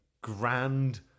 grand